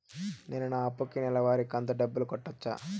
నేను నా అప్పుకి నెలవారి కంతు డబ్బులు కట్టొచ్చా?